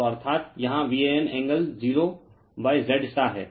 तो अर्थात यहाँ VAN एंगल 0 Z स्टार है